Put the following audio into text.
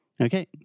Okay